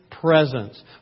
presence